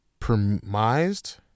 permised